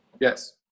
yes